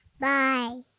Bye